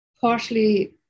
partially